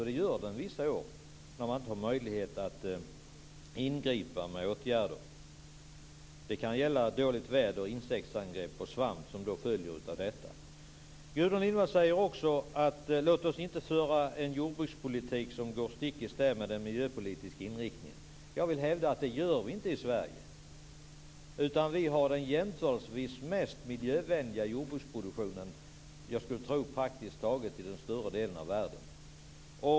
Det gör den vissa år när man inte har möjlighet att ingripa med åtgärder. Det kan gälla dåligt väder, insektsangrepp och svamp som följer av detta. Gudrun Lindvall säger också att vi inte skall föra en jordbrukspolitik som går stick i stäv mot den miljöpolitiska inriktningen. Jag vill hävda att vi inte gör det i Sverige, utan vi har den jämförelsevis mest miljövänliga jordbruksproduktionen i praktiskt taget större delen av världen.